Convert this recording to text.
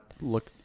look